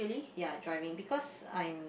ya I driving because I'm